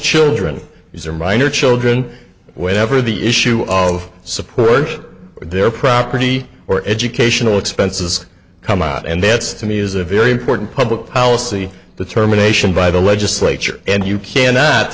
children these are minor children whenever the issue of support or their property or educational expenses come out and that's to me is a very important public policy the terminations by the legislature and you cannot